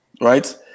Right